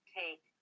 take